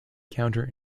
counter